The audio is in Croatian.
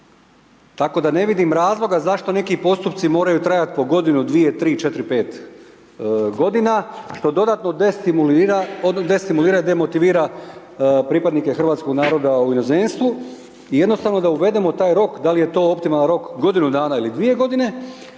Tako da ne vidim razloga zašto neki postupci moraju trajati po godinu, dvije, tri, četiri, pet godina što dodatno destimulira, destimulira i demotivira pripadnike hrvatskog naroda u inozemstvu i jednostavno da uvedemo taj rok, da li je to optimalan rok, godinu dana ili dvije godine,